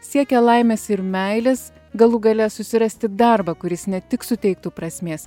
siekia laimės ir meilės galų gale susirasti darbą kuris ne tik suteiktų prasmės